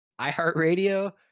iHeartRadio